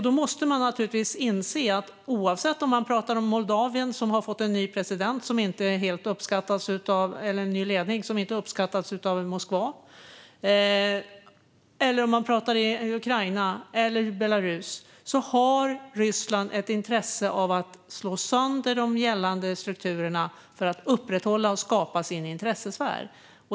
Vi måste inse att oavsett om man pratar om Moldavien, som har fått en ny ledning som inte uppskattas av Moskva, eller om man pratar om Ukraina eller Belarus har Ryssland ett intresse av att slå sönder de gällande strukturerna för att upprätthålla och skapa sin intressesfär.